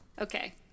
okay